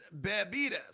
bebidas